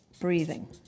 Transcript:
breathing